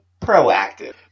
proactive